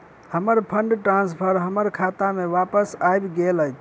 हमर fund transfer हमर खाता मे बापस आबि गइल अछि